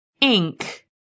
ink